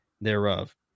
thereof